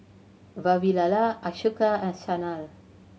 Vavilala Ashoka and Sanal